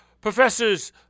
Professors